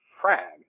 frag